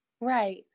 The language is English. Right